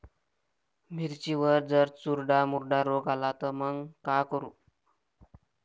मिर्चीवर जर चुर्डा मुर्डा रोग आला त मंग का करू?